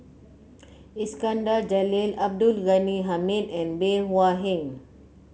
Iskandar Jalil Abdul Ghani Hamid and Bey Hua Heng